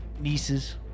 nieces